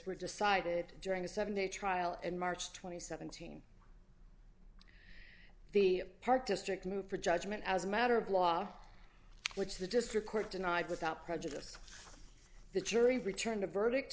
were decided during a seven day trial and march th seen the park district move for judgment as a matter of law which the district court denied without prejudice the jury returned a verdict